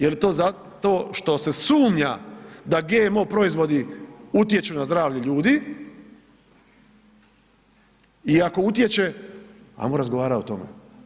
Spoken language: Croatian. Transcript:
Je li to zato što se sumnja da GMO proizvodi utječu na zdravlje ljudi i ako utječe, ajmo razgovarat o tome.